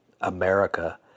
America